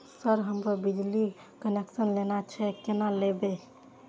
Sir हमरो बिजली connection लेना छे केना लेबे?